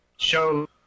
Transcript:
show